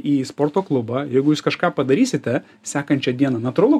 į sporto klubą jeigu jūs kažką padarysite sekančią dieną natūralu